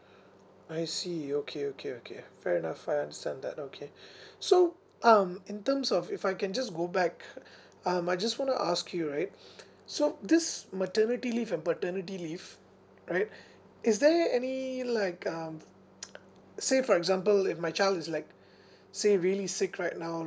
I see okay okay okay fair enough I understand that okay so um in terms of if I can just go back um I just wanna ask you right so this maternity leave and paternity leave right is there any like um say for example if my child is like say really sick right now